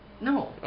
No